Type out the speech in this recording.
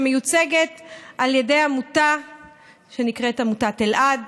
שמיוצגת על ידי עמותה שנקראת עמותת אלעד,